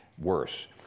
worse